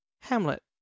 Hamlet